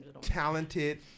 talented